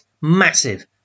massive